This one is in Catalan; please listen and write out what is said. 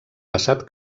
passat